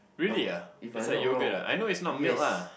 really ah it's like yoghurt ah I know it's not milk ah